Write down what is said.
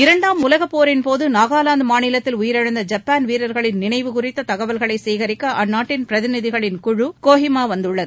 இரண்டாம் உலகப் போரின் போது நாகாலாந்து மாநிலத்தில் உயிரிழந்த ஜப்பான் வீரர்களின் நினைவு குறித்த தகவல்களை சேகிக்க அந்நாட்டின் பிரதிநிதிகளின் குழு கோஹிமா வந்துள்ளது